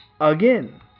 again